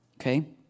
okay